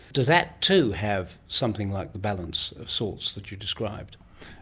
does that too have something like the balance of sorts that you described?